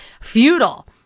feudal